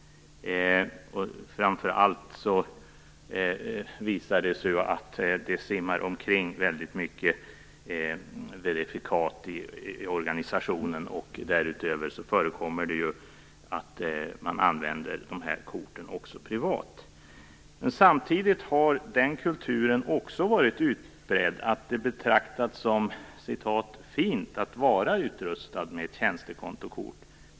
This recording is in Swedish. Framför allt har det visat sig att det simmar omkring väldigt många verifikat i organisationen. Därutöver förekommer det att korten också används privat. Samtidigt har en kultur varit utbredd där det betraktats som "fint" att vara utrustad med tjänstekontokort.